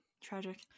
tragic